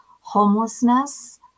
homelessness